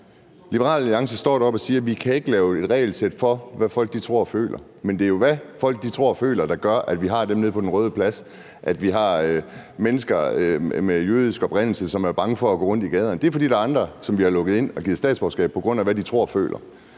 på talerstolen og siger, at vi ikke kan lave et regelsæt for, hvad folk tror og føler. Men det er jo, hvad folk tror og føler, der gør, at vi har dem nede på Den Røde Plads, og at vi har mennesker med jødisk oprindelse, som er bange for at gå rundt i gaderne. Det er, fordi der er andre, som bliver lukket ind og givet statsborgerskab på grund af, hvad de tror og føler.